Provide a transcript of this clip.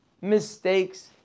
mistakes